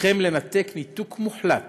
ותפקידכם לנתק ניתוק מוחלט